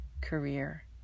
career